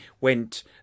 went